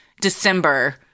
December